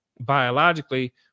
biologically